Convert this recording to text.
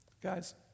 guys